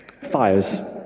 fires